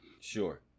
Sure